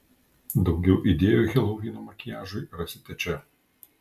daugiau idėjų helovyno makiažui rasite čia